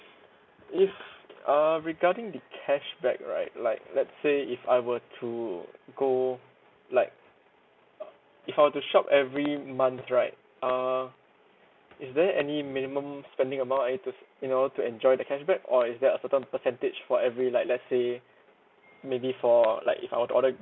if uh regarding the cashback right like let's say if I were to go like uh if I were to shop every month right uh is there any minimum spending amount I need to you know to enjoy the cashback or is there a certain percentage for every like let's say maybe for like if I were to order